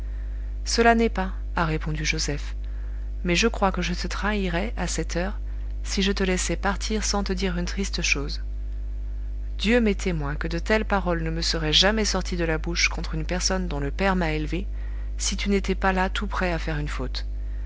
cela n'est pas a répondu joseph mais je crois que je te trahirais à cette heure si je te laissais partir sans te dire une triste chose dieu m'est témoin que de telles paroles ne me seraient jamais sorties de la bouche contre une personne dont le père m'a élevé si tu n'étais pas là tout prêt à faire une faute